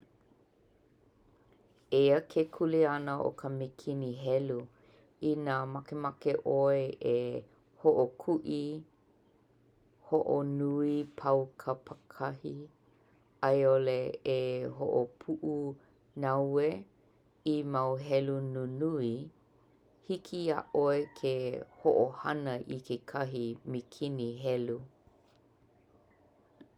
Eia ke kuleana o ka mīkini helu. Inā makemake ʻoe e hoʻokuʻi hoʻonui paukapakahi, a i ʻole e hoʻopuʻunaue i mau helu nunui, hiki iā ʻoe ke hoʻohana ikekahi mīkini helu.